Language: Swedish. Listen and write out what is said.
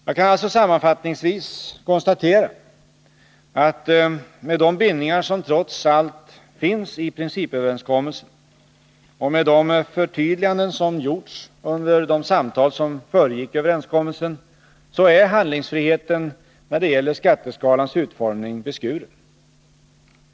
Jag kan alltså sammanfattningsvis konstatera att med de bindningar som trots allt finns i principöverenskommelsen, och med de förtydliganden som gjorts under de samtal som föregick överenskommelsen, är handlingsfriheten när det gäller skatteskalans utformning beskuren.